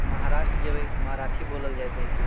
महाराष्ट्र जेबै मराठी बोलल जाइत अछि